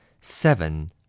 Seven